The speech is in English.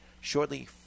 shortly